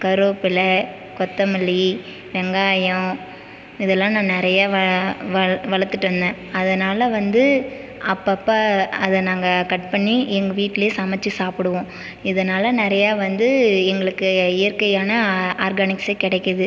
கருவேப்பில கொத்தமல்லி வெங்காயம் இதல்லாம் நான் நிறைய வ வளர்த்துட்ருந்தேன் அதனால் வந்து அப்போ அப்போ அதை நாங்கள் கட் பண்ணி எங்கள் வீட்டிலே சமைச்சி சாப்பிடுவோம் இதனால் நிறைய வந்து எங்களுக்கு இயற்கையான ஆர்கானிக்ஸே கிடைக்குது